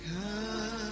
Come